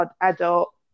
adult